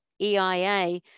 EIA